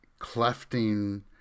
clefting